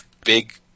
big